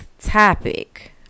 topic